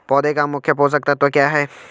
पौधें का मुख्य पोषक तत्व क्या है?